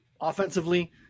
offensively